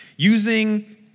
Using